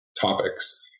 topics